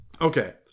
Okay